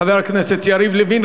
חבר הכנסת יריב לוין.